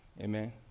Amen